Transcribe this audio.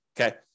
Okay